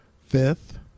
fifth